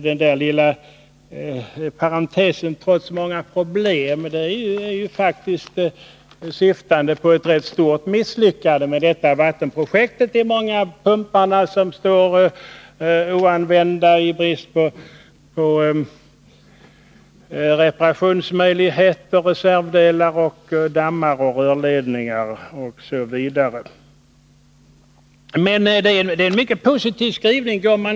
Det lilla tillägget ”trots många problem” syftar faktiskt på ett rätt stort misslyckande med detta vattenprojekt — de många pumpar som står oanvända i brist på reservdelar, liksom dammanläggningar och rörsystem. Men likväl är det en mycket positiv skrivning i propositionen.